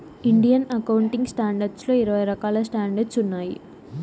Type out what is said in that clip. Indian accounting standards లో ఇరవై రకాల స్టాండర్డ్స్ ఉన్నాయి